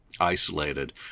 isolated